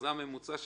זה הממוצע,